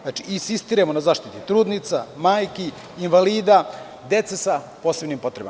Znači, insistiramo na zaštiti trudnica, majki, invalida, dece sa posebnim potrebama.